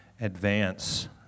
advance